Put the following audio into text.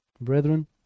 brethren